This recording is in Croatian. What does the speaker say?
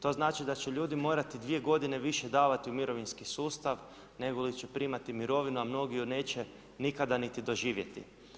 To znači da će ljudi morati 2 g. više davati u mirovinski sustav, nego li će primati mirovinu, a mnogi ju neće nikada niti doživjeti.